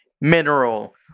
mineral